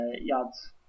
yards